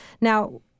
Now